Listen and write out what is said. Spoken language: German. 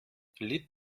lied